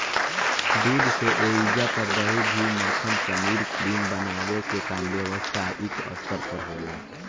दूध से ऐइजा पर दही, घीव, मक्खन, पनीर, क्रीम बनावे के काम व्यवसायिक स्तर पर होला